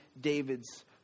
David's